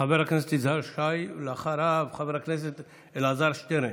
חבר הכנסת יזהר שי, ואחריו, חבר הכנסת אלעזר שטרן,